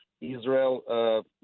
Israel